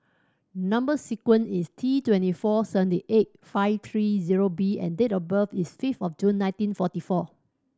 number sequence is T twenty four seventy eight five three zero B and date of birth is five of June nineteen forty four